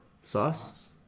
Sauce